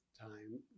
time